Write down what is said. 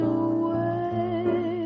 away